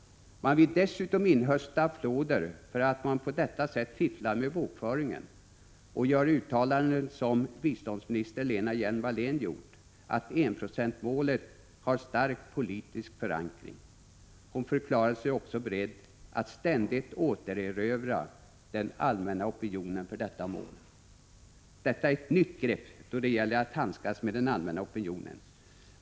Man vill dessutom inhösta applåder för att man på detta sätt fifflar med bokföringen och gör uttalanden som biståndsminister Lena Hjelm-Wallén gjort, att enprocentsmålet har stark politisk förankring. Hon förklarade sig också beredd att ständigt återerövra den allmänna opinionen för detta mål. Detta är ett nytt grepp då det gäller att handskas med den allmänna opinionen.